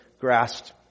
grasped